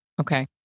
Okay